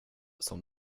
som